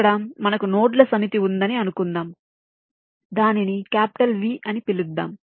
ఇక్కడ మనకు నోడ్ల సమితి ఉందని అనుకుందాం దానిని క్యాపిటల్ V అని పిలుద్దాం